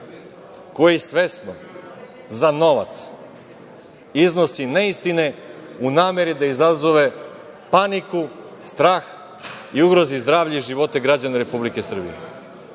koji svesno za novac iznosi neistine u nameri da izazove paniku, strah i ugrozi zdravlje života građana Republike Srbije?